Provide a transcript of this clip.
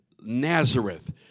Nazareth